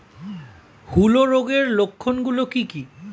হূলো রোগের লক্ষণ গুলো কি কি?